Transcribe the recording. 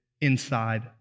inside